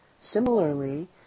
Similarly